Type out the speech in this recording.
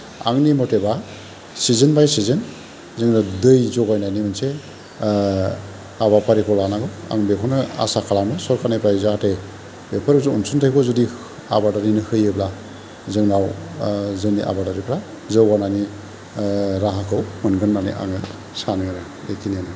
आंनि मथेबा सिजोन बाय सिजोन जोङो दै जगायनायनि मोनसे हाबाफारिखौ लानांगौ आं बेखौनो आसा खालामो सरखारनिफ्राय जाहाथे बेफोर अनसुंथायखौ जुदि आबादारिनो होयोब्ला जोंनाव जोंनि आबादारिफ्रा जौगानायनि राहाखौ मोनगोन होन्नानै आङो सानो आरो बेखिनियानो